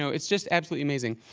so it's just absolutely amazing.